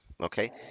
okay